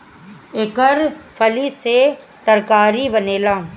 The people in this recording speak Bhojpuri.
एकर फली से तरकारी बनेला